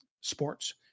sports